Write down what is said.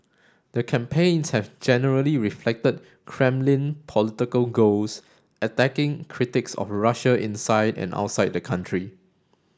the campaigns have generally reflected Kremlin political goals attacking critics of Russia inside and outside the country